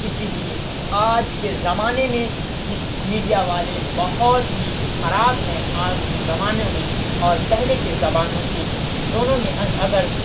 اسی لیے آج کے زمانے میں میڈیا والے بہت ہی خراب ہے آج کے زمانوں میں اور پہلے کے زمانوں کی دونوں میں اگر